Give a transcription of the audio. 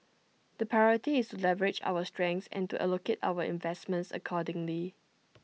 the priority is to leverage our strengths and to allocate our investments accordingly